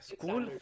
School